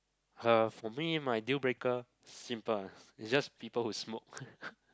her for me my deal breaker simple is just people who smoke